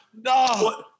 no